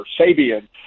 Sabian